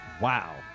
Wow